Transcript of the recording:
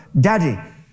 Daddy